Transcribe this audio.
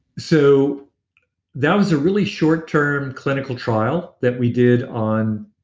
so that was a really short-term clinical trial that we did on